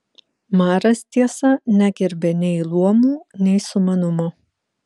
maras tiesa negerbė nei luomų nei sumanumo